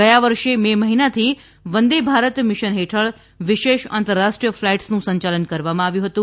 ગયા વર્ષે મે મહિનાથી વંદે ભારત મિશન હેઠળ વિશેષ આંતરરાષ્ટ્રીય ફલાઇટસનું સંચાલન કરવામાં આવ્યું હતું